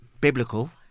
biblical